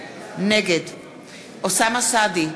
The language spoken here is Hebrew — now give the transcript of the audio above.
נגד אוסאמה סעדי,